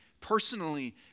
personally